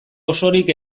osorik